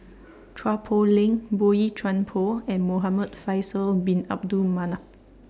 Chua Poh Leng Boey Chuan Poh and Muhamad Faisal Bin Abdul Manap